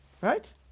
right